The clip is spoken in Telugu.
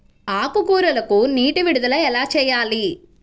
ఆకుకూరలకు నీటి విడుదల ఎలా చేయాలి?